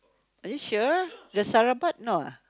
are you sure the sarabat no ah